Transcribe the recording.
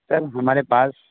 سر ہمارے پاس